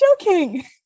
joking